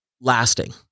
lasting